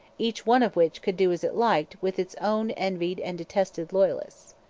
each one of which could do as it liked with its own envied and detested loyalists.